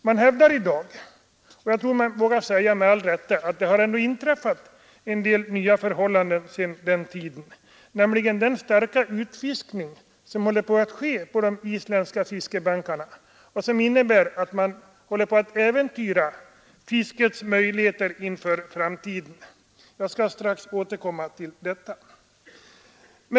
Man hävdar i dag — och jag tror jag vågar säga: med all rätt — att det ändå har inträtt en del nya förhållanden sedan den tiden genom den starka utfiskningen på de isländska fiskebankarna som innebär att fiskets möjligheter i framtiden äventyras. Jag skall strax återkomma till detta.